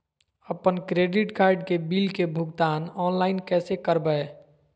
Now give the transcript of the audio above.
अपन credit card के bill के भुगतान ऑनलाइन कैसे करबैय?